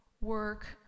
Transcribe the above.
work